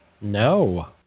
No